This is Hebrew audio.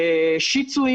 שיצו,